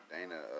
Dana